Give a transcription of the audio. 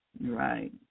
right